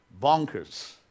bonkers